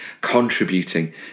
contributing